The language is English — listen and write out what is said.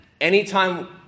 Anytime